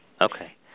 Okay